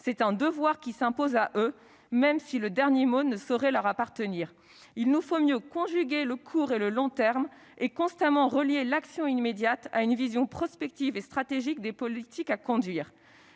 C'est un devoir qui s'impose à eux, même si le dernier mot ne saurait leur appartenir. » Il poursuit :« Il nous faut mieux conjuguer le court et le long terme et constamment relier l'action immédiate à une vision prospective et stratégique des politiques à conduire.